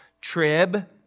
trib